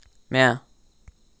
म्या